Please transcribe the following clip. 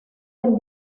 del